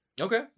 okay